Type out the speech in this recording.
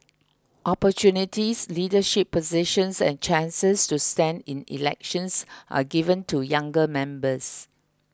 opportunities leadership positions and chances to stand in elections are given to younger members